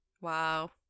Wow